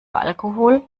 alkohol